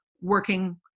working